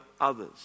others